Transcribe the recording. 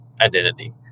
identity